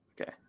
Okay